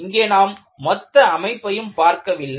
இங்கே நாம் மொத்த அமைப்பையும் பார்க்கவில்லை